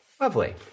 Lovely